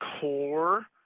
core